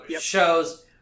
Shows